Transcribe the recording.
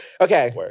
Okay